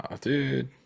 dude